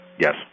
Yes